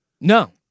No